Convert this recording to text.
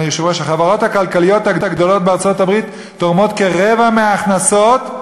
החברות הכלכליות הגדולות בארצות-הברית תורמות כרבע מההכנסות,